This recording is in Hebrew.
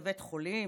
לאחרונה,